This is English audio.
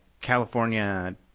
California